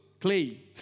Clay